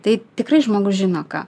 tai tikrai žmogus žino ką